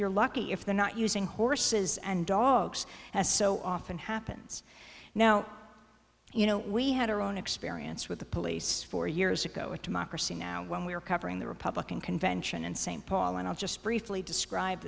you're lucky if they're not using horses and dogs as so often happens now you know we had our own experience with the police four years ago at democracy now when we were covering the republican convention in st paul and i'll just briefly describe